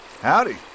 Howdy